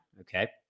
Okay